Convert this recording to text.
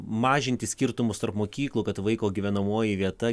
mažinti skirtumus tarp mokyklų kad vaiko gyvenamoji vieta